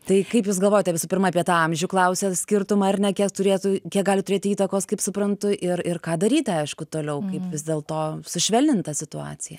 tai kaip jūs galvojate visų pirma apie tą amžių klausia skirtumą ar ne kiek turėtų kiek gali turėti įtakos kaip suprantu ir ir ką daryti aišku toliau kaip vis dėlto sušvelnint tą situaciją